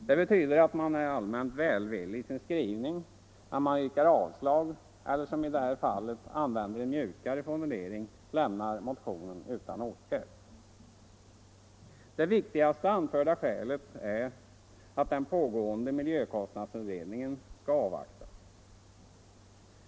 Det betyder att man är allmänt välvillig i sin skrivning, men man yrkar avslag eller, som i detta fall, använder den mjukare formuleringen och lämnar motionen utan åtgärd. Det viktigaste anförda skälet är att den pågående miljökostnadsutredningen skall avvaktas.